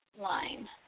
line